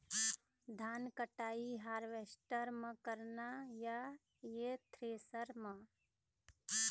धान कटाई हारवेस्टर म करना ये या थ्रेसर म?